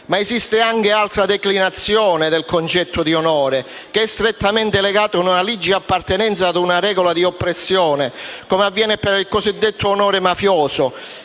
Ma esiste anche un'altra declinazione del concetto di onore che è strettamente legato ad una ligia appartenenza ad una regola di oppressione, come avviene per il cosiddetto onore mafioso,